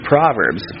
Proverbs